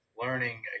learning